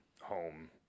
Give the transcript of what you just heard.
home